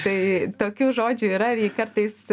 tai tokių žodžių yra ir jie kartais